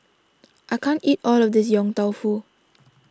I can't eat all of this Yong Tau Foo